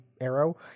arrow